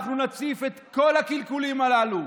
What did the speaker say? אנחנו נציף את כל הקלקולים הללו,